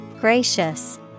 Gracious